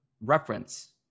reference